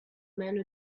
meno